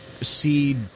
see